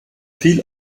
viel